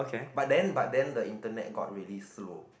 but the but then the internet got really slow